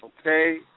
Okay